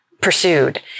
Pursued